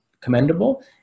commendable